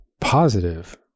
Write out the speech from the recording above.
positive